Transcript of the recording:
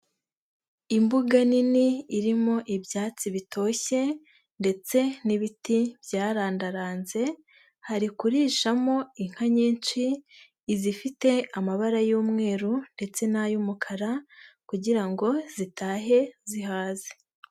Imbuga nini irimo ibyatsi bitoshye ndetse n'ibiti byarandaranze, hari kurishamo inka nyinshi izifite amabara y'umweru ndetse n'ay'umukara kugira ngo zitahe zihaze.